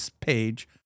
page